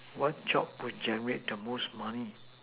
what job would generate the most money